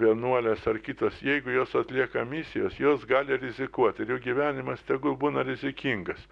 vienuolės ar kitos jeigu jos atlieka misijas jos gali rizikuot ir jų gyvenimas tegul būna rizikingas